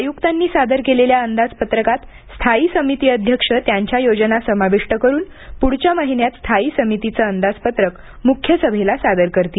आयुक्तांनी सादर केलेल्या अंदाजपत्रकात स्थायी समिती अध्यक्ष त्यांच्या योजना समाविष्ट करून पुढच्या महिन्यात स्थायी समितीचं अंदाजपत्रक मुख्य सभेला सादर करतील